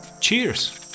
Cheers